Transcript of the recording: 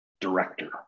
director